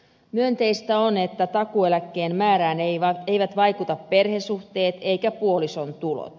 myönteistä on että takuueläkkeen määrään eivät vaikuta perhesuhteet eivätkä puolison tulot